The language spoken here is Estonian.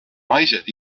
naised